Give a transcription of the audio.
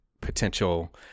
potential